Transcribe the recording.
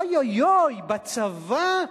אוי אוי אוי, בצבא,